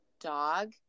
dog